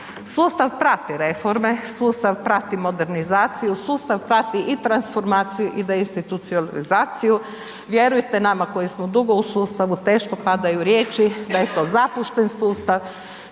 Sustav prati reforme, sustav prati modernizaciju, sustav prati i transformaciju i deinstitucionalizaciju, vjerujte nama koji smo dugo u sustavu, teško padaju riječi da je to zapušten sustav,